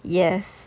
yes